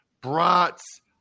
Brats